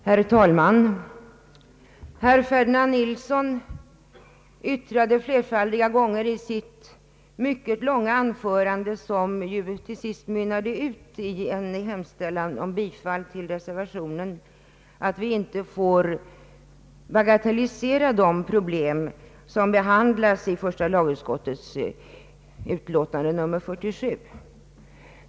Herr talman! Herr Ferdinand Nilsson yttrade flerfaldiga gånger i sitt mycket långa anförande, som till sist utmynnade i en hemställan om bifall till reservationen, att vi inte får baga teilisera de problem som behandlas i första lagutskottets utlåtande nr 47.